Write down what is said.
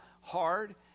hard